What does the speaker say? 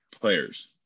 players